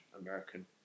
American